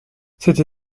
cette